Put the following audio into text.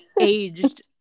aged